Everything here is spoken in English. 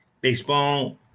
Baseball